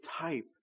type